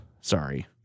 Sorry